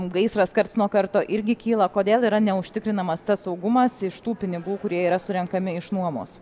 gaisras karts nuo karto irgi kyla kodėl yra neužtikrinamas tas saugumas iš tų pinigų kurie yra surenkami iš nuomos